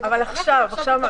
ודאי.